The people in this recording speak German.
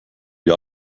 wie